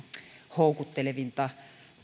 houkuttelevinta